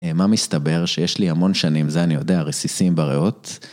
מה מסתבר, שיש לי המון שנים, זה אני יודע, רסיסים בריאות.